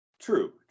True